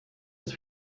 ist